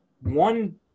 one